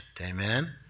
Amen